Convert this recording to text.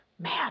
Man